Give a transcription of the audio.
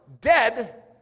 dead